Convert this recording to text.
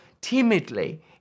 timidly